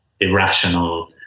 irrational